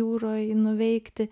jūroj nuveikti